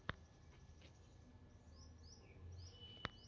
ಯಾವ ಬೆಳಿಗೆ ಹೆಚ್ಚು ನೇರು ಬೇಕು?